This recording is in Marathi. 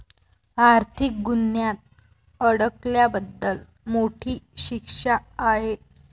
आर्थिक गुन्ह्यात अडकल्याबद्दल मोठी शिक्षा आहे